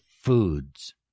foods